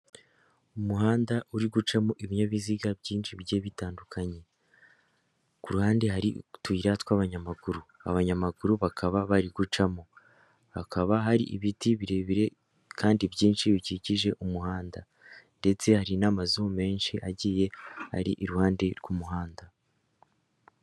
Umuhanda uri gucamo ibinyabiziga byinshi bigiye bitandukanye, ku ruhande hari utuya tw'abanyamaguru, abanyamaguru bakaba bari gucamo, hakaba hari ibiti birebire kandi byinshi bikikije umuhanda ndetse hari n'amazu menshi agiye ari iruhande rw'umuhanda.